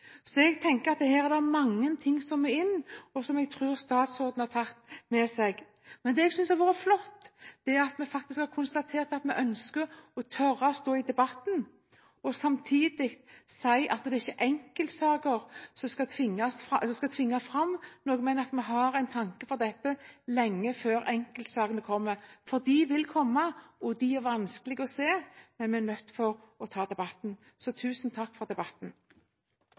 Så jeg tenker at her er det mange ting som må inn, og som jeg tror statsråden har tatt med seg. Men det jeg synes har vært flott, er det at vi faktisk har konstatert at vi ønsker og tør å stå i debatten og samtidig si at det ikke er enkeltsaker som skal tvinge fram noe, men at vi har en tanke for dette lenge før enkeltsakene kommer. De vil komme, og de er vanskelige å se, men vi er nødt til å ta debatten. Så tusen takk for debatten.